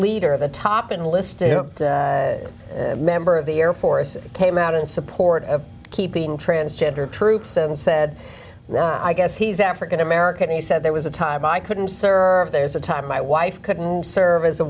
leader of the top enlisted member of the air force came out in support of keeping transgender troops and said i guess he's african american he said there was a time i couldn't serve there's a time my wife couldn't serve as a